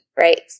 right